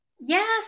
Yes